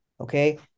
Okay